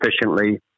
efficiently